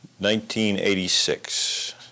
1986